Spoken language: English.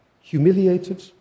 humiliated